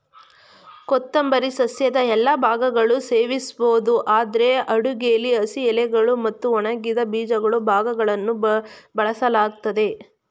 ಕೊತ್ತಂಬರಿ ಸಸ್ಯದ ಎಲ್ಲಾ ಭಾಗಗಳು ಸೇವಿಸ್ಬೋದು ಆದ್ರೆ ಅಡುಗೆಲಿ ಹಸಿ ಎಲೆಗಳು ಮತ್ತು ಒಣಗಿದ ಬೀಜಗಳ ಭಾಗಗಳನ್ನು ಬಳಸಲಾಗ್ತದೆ